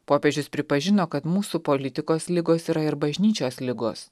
popiežius pripažino kad mūsų politikos ligos yra ir bažnyčios ligos